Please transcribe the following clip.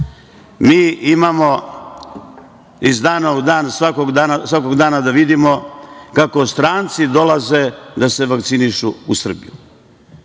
imamo iz dana u dan svakog dana da vidimo kako stranci dolaze da se vakcinišu u Srbiji,